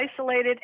isolated